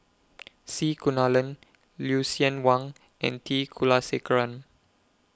C Kunalan Lucien Wang and T Kulasekaram